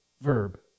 verb